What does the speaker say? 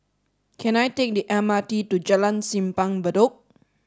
can I take the M R T to Jalan Simpang Bedok